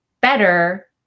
better